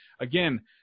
again